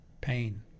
pain